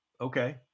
Okay